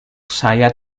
saya